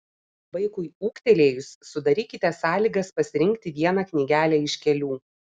vaikui ūgtelėjus sudarykite sąlygas pasirinkti vieną knygelę iš kelių